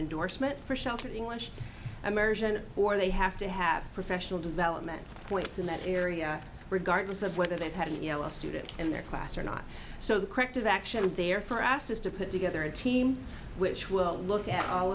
endorsement for sheltered english immersion or they have to have professional development points in that area regardless of whether they've had a student in their class or not so the corrective action there for asked is to put together a team which will look at all